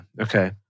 Okay